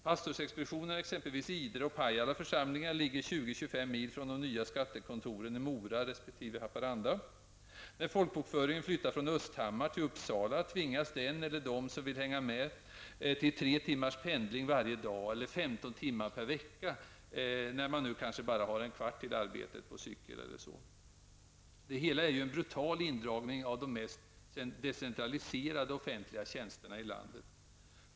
Pastorsexpeditionerna i exempelvis Idre och Pajala församlingar ligger 20--25 mil från de nya skattekontoren i Mora resp. Haparanda. När folkbokföringen flyttar från Östhammar till Uppsala, tvingas den eller de som vill hänga med till tre timmars pendling varje dag eller femton timmar per vecka, när de nu kanske bara har en kvart till arbetet på cykel eller så. Det hela är en brutal indragning av de mest decentraliserade offentliga tjänsterna i landet.